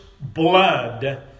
blood